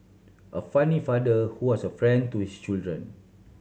a funny father who was a friend to his children